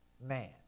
man